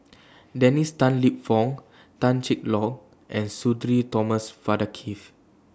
Dennis Tan Lip Fong Tan Cheng Lock and Sudhir Thomas Vadaketh